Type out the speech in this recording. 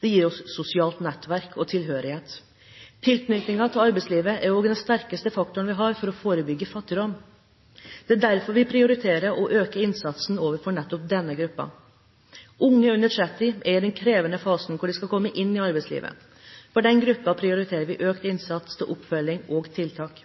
Det gir oss sosiale nettverk og tilhørighet. Tilknytningen til arbeidslivet er også den sterkeste faktoren vi har for å forebygge fattigdom. Det er derfor vi prioriterer å øke innsatsen ovenfor nettopp denne gruppen. Unge under 30 år er i den krevende fasen hvor de skal komme seg inn i arbeidslivet. For denne gruppen prioriterer vi økt innsats til oppfølging og tiltak.